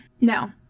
No